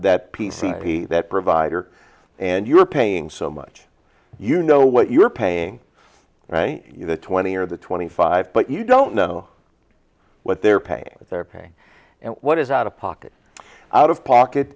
p that provider and you're paying so much you know what you're paying twenty or the twenty five but you don't know what they're paying their pain and what is out of pocket out of pocket